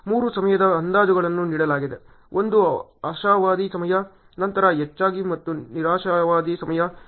ಮೂರು ಸಮಯದ ಅಂದಾಜುಗಳನ್ನು ನೀಡಲಾಗಿದೆ ಒಂದು ಆಶಾವಾದಿ ಸಮಯ ನಂತರ ಹೆಚ್ಚಾಗಿ ಮತ್ತು ನಿರಾಶಾವಾದಿ ಸಮಯ